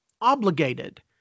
obligated